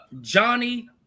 Johnny